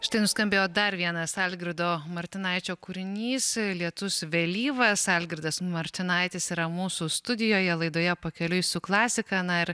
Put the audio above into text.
štai nuskambėjo dar vienas algirdo martinaičio kūrinys lietus vėlyvas algirdas martinaitis yra mūsų studijoje laidoje pakeliui su klasika na ir